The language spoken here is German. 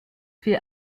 viel